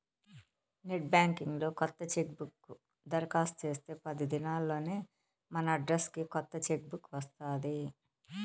net banking లో కొత్త chequebook దరకాస్తు చేస్తే పది దినాల్లోనే మనడ్రస్కి కొత్త చెక్ బుక్ వస్తాది